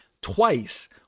twice